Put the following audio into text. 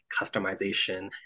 customization